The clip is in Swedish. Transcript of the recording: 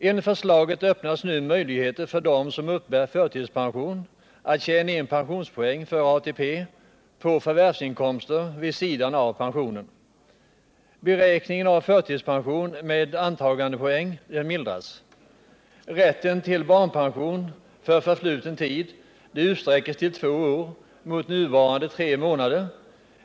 Enligt förslagen öppnas nu möjligheter för dem som uppbär förtidspension att tjäna in pensionspoäng för ATP på förvärvsinkomster vid sidan av pensionen. Beräkningen av förtidspension med antagandepoäng mildras. Rätten till barnpension för förfluten tid utsträcks till två år mot nuvarande tre månader.